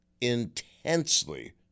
intensely